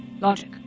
logic